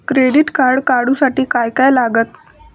Credit card काढूसाठी काय काय लागत?